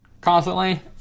constantly